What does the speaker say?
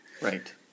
Right